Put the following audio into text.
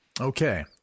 Okay